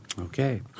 Okay